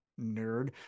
Nerd